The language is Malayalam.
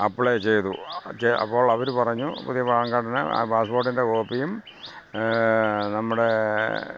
അപ്ലൈ ചെയ്തു പക്ഷേ അപ്പോൾ അവർ പറഞ്ഞു പുതിയ പാൻ കാർഡിന് പാസ്പോർട്ടിൻ്റെ കോപ്പിയും നമ്മുടെ